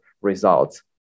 results